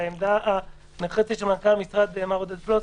העמדה הנחרצת של מנכ"ל המשרד מר עודד פלוס.